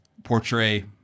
portray